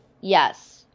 Yes